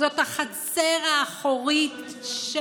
זאת החצר האחורית של